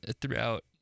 throughout